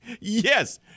Yes